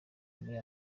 muri